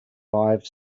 five